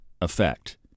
effect